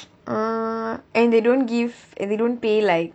err and they don't give and they don't pay like